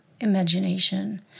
imagination